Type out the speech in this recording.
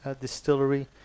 distillery